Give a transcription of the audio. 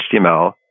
HTML